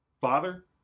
Father